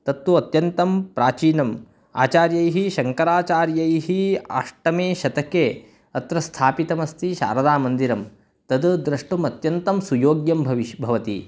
तत्तु अत्यन्तं प्राचीनम् आचार्यैः शङ्कराचार्यैः अष्टमे शतके अत्र स्थापितमस्ति शारदामन्दिरं तद् द्रष्टुम् अत्यन्तं सुयोग्यं भविष्यति भवति